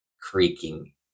creaking